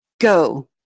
go